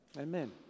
Amen